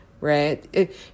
right